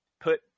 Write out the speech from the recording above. put